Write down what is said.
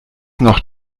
noch